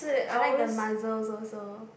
I like the mussels also